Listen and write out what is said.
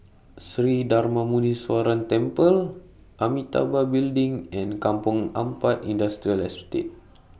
Sri Darma Muneeswaran Temple Amitabha Building and Kampong Ampat Industrial Estate